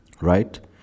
right